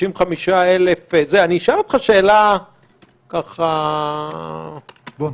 65,000 אשאל אותך שאלה ככה --- בונוס.